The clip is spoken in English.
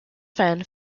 fan